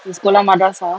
sekolah madrasah